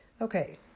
Okay